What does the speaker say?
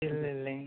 இல்லை இல்லைங்க